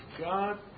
God